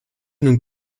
nun